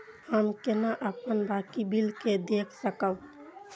हम केना अपन बाकी बिल के देख सकब?